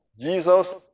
Jesus